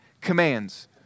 commands